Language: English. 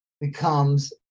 becomes